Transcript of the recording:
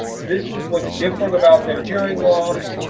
this is what's different about their hearing loss.